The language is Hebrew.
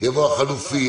-- יבוא "החלופי",